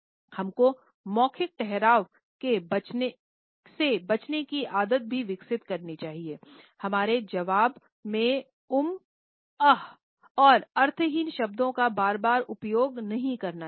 हम को मौखिक ठहराव से बचने की आदत भी विकसित करनी चाहिए हमारे जवाब को 'उम उह' और अर्थहीन शब्द का बार बार उपयोग नहीं करना चाहिए